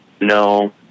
No